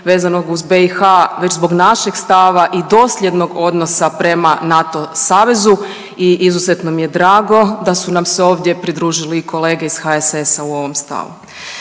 vezanog u BiH već zbog našeg stava i dosljednog odnosa prema NATO savezu. I izuzetno mi je drago da su nam se ovdje pridružili i kolege iz HSS-a u ovom stavu.